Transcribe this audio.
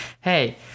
hey